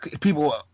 People